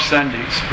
Sundays